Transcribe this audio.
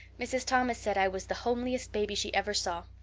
mrs. thomas said i was the homeliest baby she ever saw,